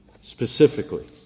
specifically